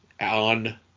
on